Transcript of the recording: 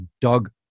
dog